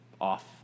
off